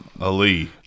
Ali